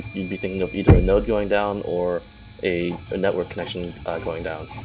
you'd be thinking of either a node going down or a a network connection going down.